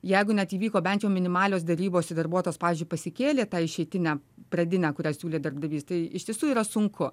jeigu net įvyko bent jau minimalios derybos ir darbuotojas pavyzdžiui pasikėlė tą išeitinę pradinę kurią siūlė darbdavys tai iš tiesų yra sunku